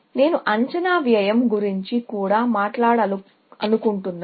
నేను అంచనా వ్యయం గురించి కూడా మాట్లాడాలను కుంటున్నాను